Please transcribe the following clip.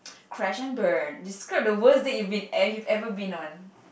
crash and burn describe the worst that you've been you've ever been on